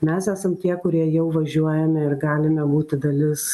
mes esam tie kurie jau važiuojame ir galime būti dalis